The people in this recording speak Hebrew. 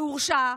והורשע,